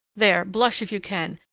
there, blush if you can,